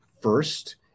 first